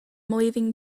leaving